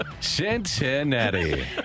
Cincinnati